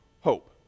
hope